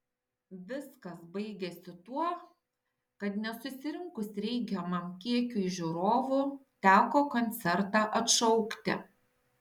viskas baigėsi tuo kad nesusirinkus reikiamam kiekiui žiūrovų teko koncertą atšaukti